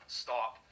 stop